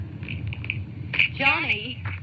Johnny